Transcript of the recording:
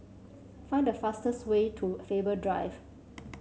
find the fastest way to Faber Drive